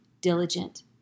diligent